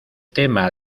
tema